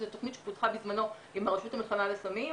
זה תכנית שפותחה בזמנו עם הרשות למלחמה בסמים,